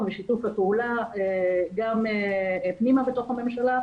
ושיתוף הפעולה גם פנימה בתוך הממשלה,